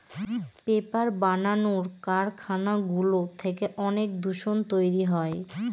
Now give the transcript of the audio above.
paper বানানোর কারখানাগুলো থেকে অনেক দূষণ তৈরী হয়